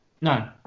No